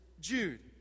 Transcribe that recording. Jude